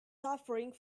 suffering